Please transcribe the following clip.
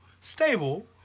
stable